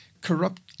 corrupt